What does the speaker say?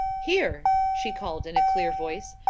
here, she called in a clear voice,